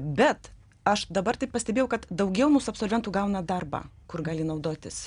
bet aš dabar taip pastebėjau kad daugiau mūsų absolventų gauna darbą kur gali naudotis